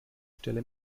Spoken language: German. stelle